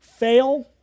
Fail